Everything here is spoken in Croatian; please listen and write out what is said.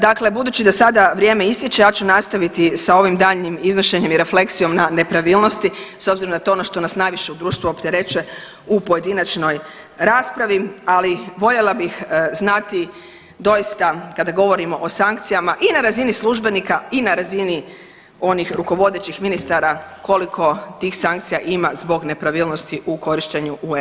Dakle budući da sada vrijeme istječe, ja ću nastaviti sa ovim daljnjim iznošenjem i refleksijom na nepravilnosti s obzirom na to na ono što nas najviše u društvu opterećuje u pojedinačnoj raspravi, ali voljela bih znati doista, kada govorimo o sankcijama i na razini službenika i na razini onih rukovodećih ministara, koliko tih sankcija ima zbog nepravilnosti u korištenju EU fondova.